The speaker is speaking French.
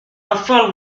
enfants